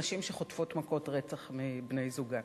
נשים שחוטפות מכות רצח מבני-זוגן.